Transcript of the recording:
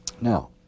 Now